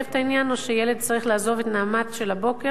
או שילד צריך לעזוב את "נעמת" של הבוקר ולעבור